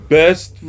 best